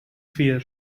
fear